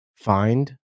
find